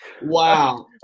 Wow